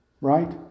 Right